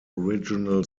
original